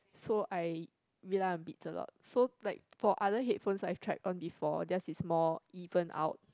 so I rely on beats a lot so like for other headphones I've tried on before theirs is more even out